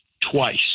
twice